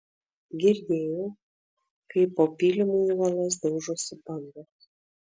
girdėjau kaip po pylimu į uolas daužosi bangos